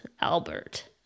Albert